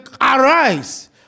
arise